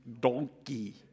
donkey